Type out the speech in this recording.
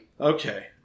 Okay